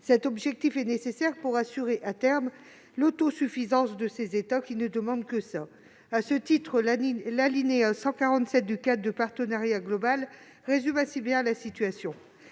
Cet objectif est nécessaire pour assurer, à terme, l'autosuffisance de ces États, qui ne demandent que cela. À ce titre, l'alinéa 147 du cadre de partenariat global résume assez bien la situation